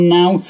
now